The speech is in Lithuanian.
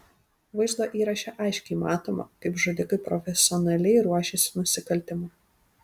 vaizdo įraše aiškiai matoma kaip žudikai profesionaliai ruošiasi nusikaltimui